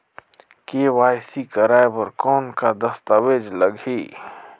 KYC कराय बर कौन का दस्तावेज लगही?